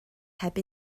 heb